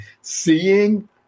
seeing